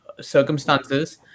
circumstances